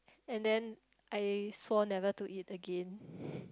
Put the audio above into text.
and then I swore never to eat again